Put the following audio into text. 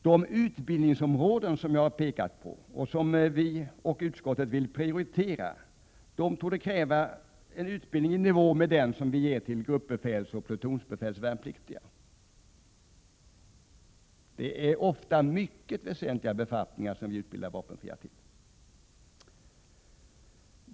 De utbildningsområden som jag har nämnt och som vi och utskottet vill prioritera torde kräva en utbildning i nivå med den som vi ger gruppbefälsoch plutonsbefälsvärnpliktiga. Det är ofta mycket väsentliga befattningar som vi utbildar vapenfria för.